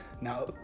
Now